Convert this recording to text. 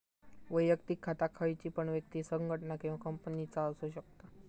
वैयक्तिक खाता खयची पण व्यक्ति, संगठना किंवा कंपनीचा असु शकता